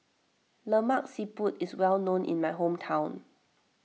Lemak Siput is well known in my hometown